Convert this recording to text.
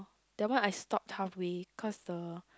that one I stopped toughly because the